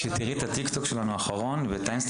תיראי את ה- Tik-Tok האחרון שלנו ואת ה- Instagram